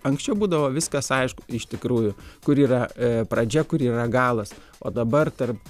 anksčiau būdavo viskas aišku iš tikrųjų kur yra pradžia kur yra galas o dabar tarp